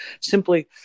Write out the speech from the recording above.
simply